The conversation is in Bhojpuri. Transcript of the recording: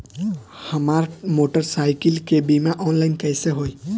हमार मोटर साईकीलके बीमा ऑनलाइन कैसे होई?